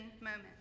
moment